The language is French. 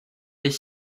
est